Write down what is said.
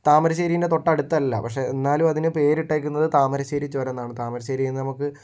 താമരശ്ശേരിന്റെ തൊട്ടടുത്തല്ല പക്ഷെ എന്നാല് അതിനെ പേരിട്ടേക്കുന്നത് താമരശ്ശേരി ചുരം എന്നാണ് താമരശ്ശേരിയിൽ നിന്ന് നമുക്ക്